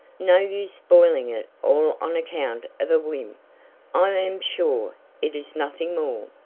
no use spoiling it all on account of a whim i am sure it is nothing more.